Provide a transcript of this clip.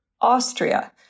Austria